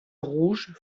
rouge